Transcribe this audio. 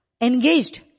engaged